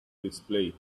display